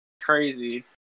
Crazy